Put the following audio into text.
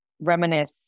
Reminisce